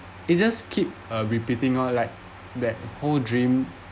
it just keep uh repeating on like that whole dream